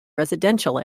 residential